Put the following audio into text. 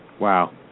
Wow